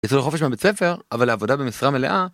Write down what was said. יצאו לחופש מהבית ספר, אבל לעבודה במשרה מלאה...